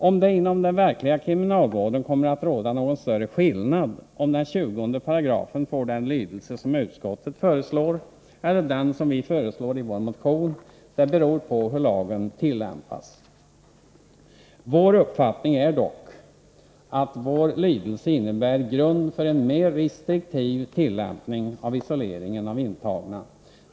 Om det inom den verkliga kriminalvården kommer att råda någon större skillnad, beroende på om 20 § får den lydelse som utskottet föreslår eller den som vi föreslår i vår motion, beror på hur lagen tillämpas. Vår uppfattning är dock att den av oss föreslagna lydelsen innebär en grund för en mer restriktiv tillämpning av isolering av intagna.